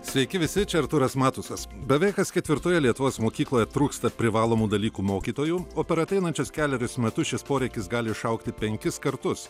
sveiki visi čia artūras matusas beveik kas ketvirtoje lietuvos mokykloje trūksta privalomų dalykų mokytojų o per ateinančius kelerius metus šis poreikis gali išaugti penkis kartus